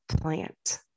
plant